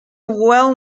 well